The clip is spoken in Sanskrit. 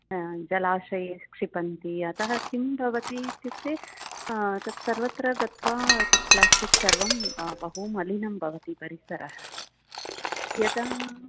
जलाशये क्षिपन्ति अतः किं भवति इत्युक्ते तत् सर्वत्र गत्वा तत् प्लास्टिक् सर्वं बहु मलिनं भवति परिसरः यदा